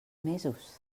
mesos